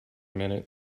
minute